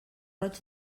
roig